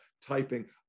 typing